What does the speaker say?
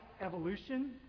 evolution